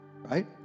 right